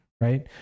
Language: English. right